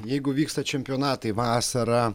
jeigu vyksta čempionatai vasarą